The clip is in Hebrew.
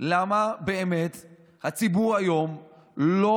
למה באמת הציבור היום לא